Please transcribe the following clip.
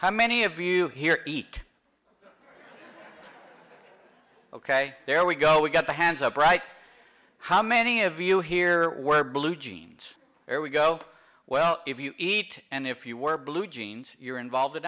how many of you here eat ok there we go we got the hands up reich how many of you here wear blue jeans or we go well if you eat and if you were blue jeans you're involved in